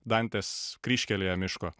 dantės kryžkelėje miško